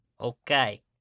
Okay